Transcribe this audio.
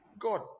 God